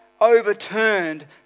overturned